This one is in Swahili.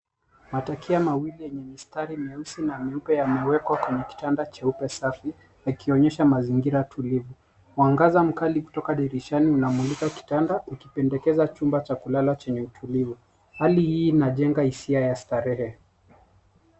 Matakia wawili yenye mistari mieusi na mieupe yamewekwa kwenye kitanda cheupe safi, yakionyesha mazingira tulivu. Mwangaza mkali kutoka dirishani unamulika kitanda ukipendekeza chumba cha kulala chenye utulivu. hali hii inajenga hisia ya starehe.